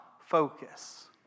focus